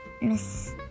Miss